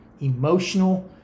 emotional